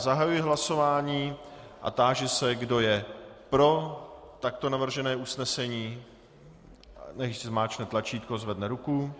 Zahajuji hlasování a táži se, kdo je pro takto navržené usnesení, nechť zmáčkne tlačítko a zvedne ruku.